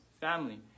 family